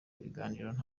ikiganiro